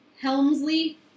Helmsley